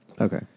Okay